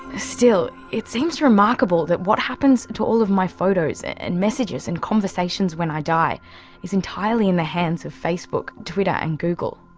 still, it seems remarkable that what happens to all of my photos and messages and conversations when i die is entirely in the hands of facebook, twitter and google.